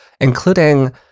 including